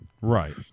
Right